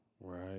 Right